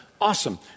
Awesome